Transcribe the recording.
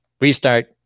restart